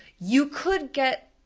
you could get,